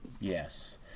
Yes